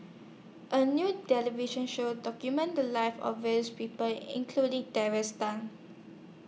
A New television Show documented The Lives of various People including Terry Tan